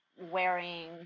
wearing